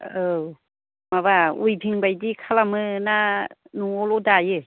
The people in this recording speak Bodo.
औ माबा विभिं बायदि खालामो ना न'आवल' दायो